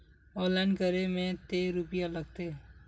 Online करे में ते रुपया लगते?